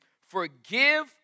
Forgive